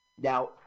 Now